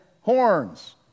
horns